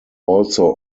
also